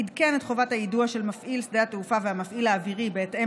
עדכן את חובת היידוע של מפעיל שדה התעופה והמפעיל האווירי בהתאם